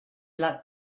luck